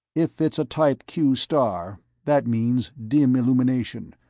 if it's a type q star, that means dim illumination,